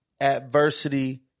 adversity